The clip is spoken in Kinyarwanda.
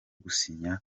gusinya